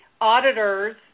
auditors